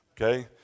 Okay